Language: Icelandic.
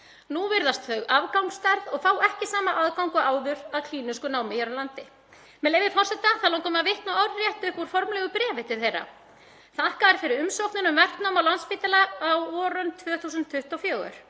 Nú virðast þau afgangsstærð og fá ekki sama aðgang og áður að klínísku námi hér á landi. Með leyfi forseta langar mig að vitna orðrétt upp úr formlegu bréfi til þeirra: Þakka þér fyrir umsóknina um verknám á Landspítala á vorönn 2024.